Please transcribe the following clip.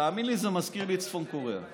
תאמין לי, זה מזכיר לי את צפון קוריאה.